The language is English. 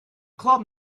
club